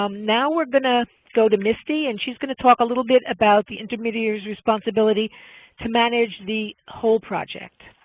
um now we're going to go to misty, and she's going to talk a little bit about the intermediary's responsibility to manage the whole project.